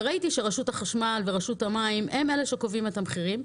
ראיתי שרשות החשמל ורשות המים הם אלה שקובעים את המחירים,